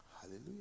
Hallelujah